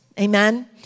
Amen